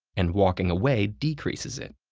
and walking away decreases it,